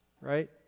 Right